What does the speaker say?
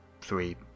three